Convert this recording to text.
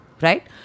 Right